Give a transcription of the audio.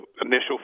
initial